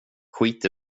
skit